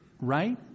right